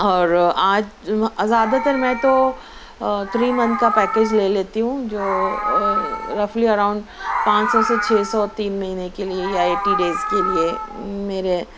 اور آج زیادہ تر میں تو تھری منتھ کا پیکیج لے ليتى ہوں جو رفلى اراؤنڈ پانچ سو سے چھ سو تین مہینے کے لیے یا ایٹی ڈیز کے لیے میرے